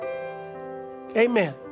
Amen